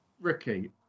Ricky